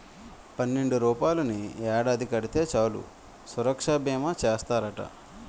పన్నెండు రూపాయలని ఏడాది కడితే చాలు సురక్షా బీమా చేస్తారట